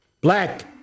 Black